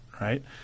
right